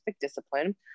discipline